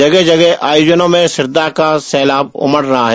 जगह जगह आयोजनों में श्रद्धा को रौलाब उमड़ रहा है